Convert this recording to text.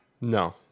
No